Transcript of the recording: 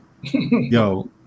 yo